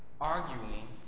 arguing